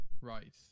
right